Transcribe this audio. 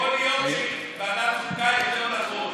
יכול להיות שוועדת החוקה, יותר נכון.